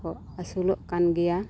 ᱠᱚ ᱟᱹᱥᱩᱞᱚᱜ ᱠᱟᱱ ᱜᱮᱭᱟ